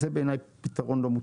בעיניי זה פיתרון לא מוצלח,